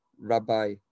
Rabbi